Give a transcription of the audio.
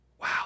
Wow